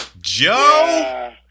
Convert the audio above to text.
Joe